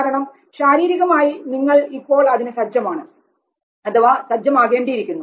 കാരണം ശാരീരികമായി നിങ്ങൾ ഇപ്പോൾ അതിനു സജ്ജമാണ് അഥവാ സജ്ജമാകേണ്ടിയിരിക്കുന്നു